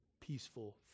peaceful